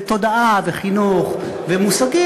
ותודעה וחינוך ומושגים,